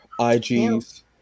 IGs